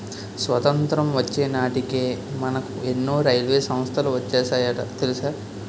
స్వతంత్రం వచ్చే నాటికే మనకు ఎన్నో రైల్వే సంస్థలు వచ్చేసాయట తెలుసా